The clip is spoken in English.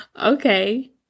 okay